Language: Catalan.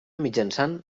mitjançant